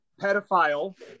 pedophile